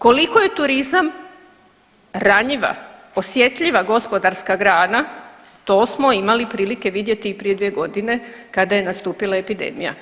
Koliko je turizam ranjiva osjetljiva gospodarska grana, to smo imali prilike vidjeti prije dvije godine kada je nastupila epidemija.